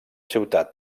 ciutat